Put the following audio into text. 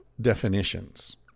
definitions